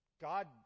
God